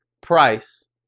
price